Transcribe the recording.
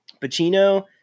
Pacino